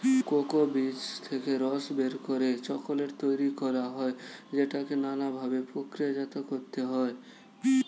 cocoa বীজ থেকে রস বের করে চকোলেট তৈরি করা হয় যেটাকে নানা ভাবে প্রক্রিয়াজাত করতে হয়